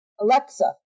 Alexa